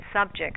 subject